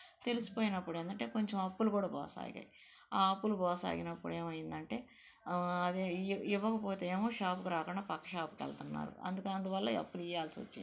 తెలిసిపోయినప్పుడు ఏంటంటే కొంచెం అప్పులు కూడ పోసాగాయి ఆ అప్పులు పోసాగినప్పుడు ఏమైందంటే అదే ఇవ్వకపొతేనేమో షాప్ రాకుండా పక్క షాప్ వెళ్తున్నారు అందువల్ల అప్పులు ఇవ్వాల్సి వచ్చింది